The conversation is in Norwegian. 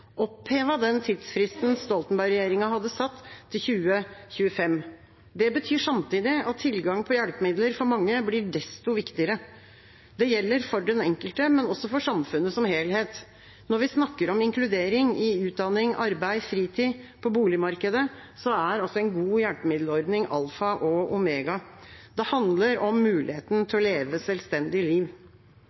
den tidsfristen Stoltenberg-regjeringa hadde satt til 2025. Det betyr samtidig at tilgangen på hjelpemidler for mange blir desto viktigere. Det gjelder for den enkelte, men også for samfunnet som helhet. Når vi snakker om inkludering i utdanning, arbeid, fritid og på boligmarkedet, er en god hjelpemiddelordning alfa og omega. Det handler om muligheten til å leve et selvstendig liv.